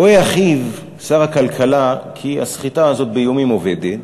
רואה אחיו שר הכלכלה כי הסחיטה הזאת באיומים עובדת,